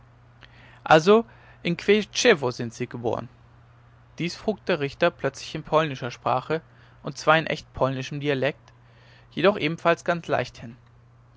also in kwiecziczewo sind sie geboren dies frug der richter plötzlich in polnischer sprache und zwar in echt polnischem dialekt jedoch ebenfalls ganz leichthin